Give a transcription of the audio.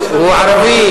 הוא ערבי.